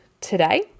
today